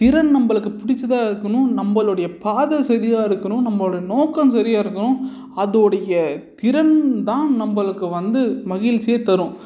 திறன் நம்மளுக்கு பிடிச்சதா இருக்கணும் நம்மளுடைய பாதை சரியாக இருக்கணும் நம்மளோடய நோக்கம் சரியாக இருக்கணும் அதோடைய திறன் தான் நம்மளுக்கு வந்து மகிழ்ச்சியை தரும்